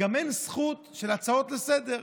גם אין זכות להצעות לסדר-היום.